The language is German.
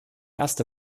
erste